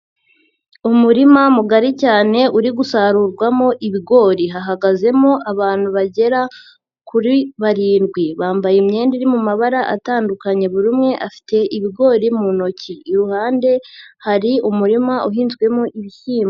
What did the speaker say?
Umurima mugari cyane uri gusarurwamo ibigori, hahagazemo abantu bagera kuri barindwi, bambaye imyenda iri mu mabara atandukanye, buri umwe afite ibigori mu ntoki, iruhande hari umurima uhinzwemo ibishyimbo.